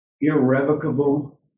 irrevocable